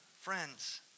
friends